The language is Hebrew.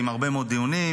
עם הרבה מאוד דיונים.